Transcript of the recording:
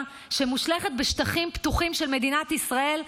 שמושלכת בשטחים פתוחים של מדינת ישראל,